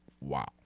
Wow